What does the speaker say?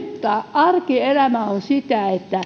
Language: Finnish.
arkielämä on sitä että